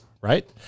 Right